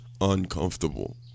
uncomfortable